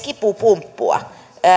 kipupumppua